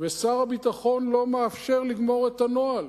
ושר הביטחון לא מאפשר לגמור את הנוהל